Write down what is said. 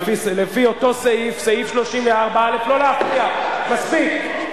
לפי אותו סעיף, סעיף 34(א) לא להפריע, מספיק.